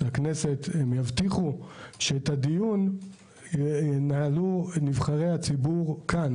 לכנסת, ומבטיחים שהדיון ייעשה כאן.